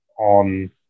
on